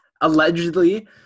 allegedly